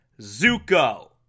Zuko